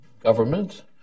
government